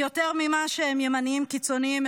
כי יותר ממה שהם ימניים קיצוניים,